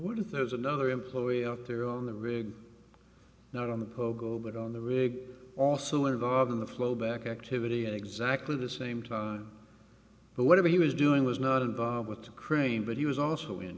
if there's another employee up there on the rig not on the pogo but on the rig also involved in the flow back activity in exactly the same time but whatever he was doing was not involved with the crane but he was also in